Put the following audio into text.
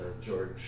George